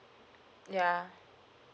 ya